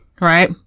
right